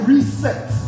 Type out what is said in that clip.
reset